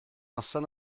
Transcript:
noson